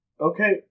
Okay